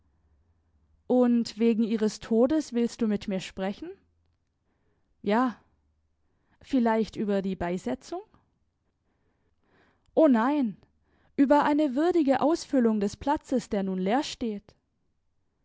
und wegen ihres todes willst du mit mir sprechen ja vielleicht über die beisetzung o nein über eine würdige ausfüllung des platzes der nun leer steht